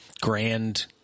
grand